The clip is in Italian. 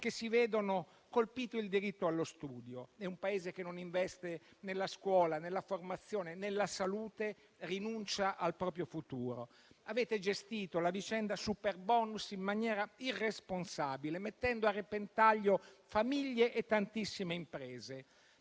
che si vedono colpito il diritto allo studio. Un Paese che non investe nella scuola, nella formazione e nella salute, rinuncia al proprio futuro. Avete gestito la vicenda superbonus in maniera irresponsabile, mettendo a repentaglio famiglie e tantissime imprese.